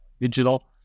digital